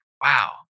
wow